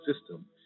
system